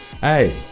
hey